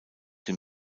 dem